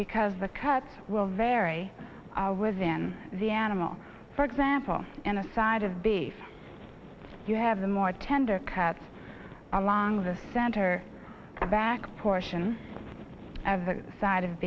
because the cuts will vary was in the animal for example in a side of beef you have the more tender cuts along the center the back portion of the side of